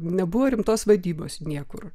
nebuvo rimtos vaidybos niekur